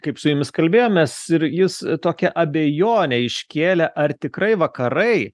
kaip su jumis kalbėjomės ir jis tokią abejonę iškėlė ar tikrai vakarai